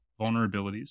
vulnerabilities